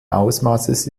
ausmaßes